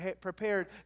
prepared